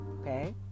Okay